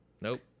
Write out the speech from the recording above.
Nope